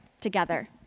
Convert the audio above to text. together